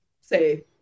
say